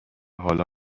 حالا